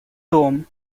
том